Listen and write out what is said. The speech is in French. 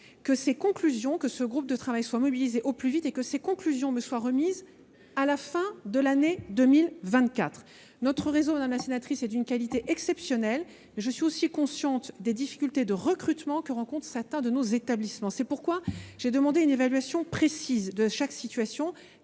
que ce groupe de travail soit mobilisé au plus vite et que ses conclusions me soient remises à la fin de l’année 2024. Notre réseau, madame la sénatrice, est d’une qualité exceptionnelle, mais je suis aussi consciente des difficultés de recrutement que rencontrent certains de nos établissements. C’est pourquoi j’ai demandé une évaluation précise de chaque situation,